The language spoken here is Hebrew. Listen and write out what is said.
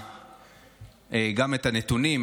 גם את הנתונים,